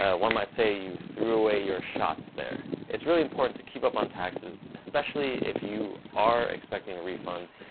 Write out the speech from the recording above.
ah one might say you threw away your shot there. it's really important to keep up on taxes, especially if you are expecting a refund.